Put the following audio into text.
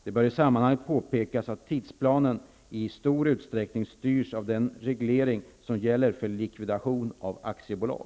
Det bör i sammanhanget påpekas att tidsplanen i stor utsträckning styrs av den reglering som gäller för likvidation av aktiebolag.